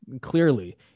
Clearly